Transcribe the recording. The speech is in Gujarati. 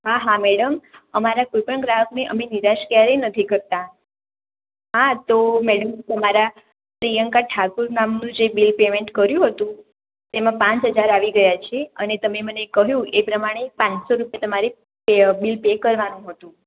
હા હા મેડમ અમારા કોઇપણ ગ્રાહકને અમે નિરાશ ક્યારેય નથી કરતા હા તો મેડમ તમારા પ્રિયંકા ઠાકુર નામનું જે બિલ પેયમેન્ટ કર્યું હતું એમાં પાંચ હજાર આવી ગયા છે અને તમે મને કહ્યું હતું તે પ્રમાણે પાંચસો રૂપિયા તમારે પેઅ બિલ પે કરવાનું હતું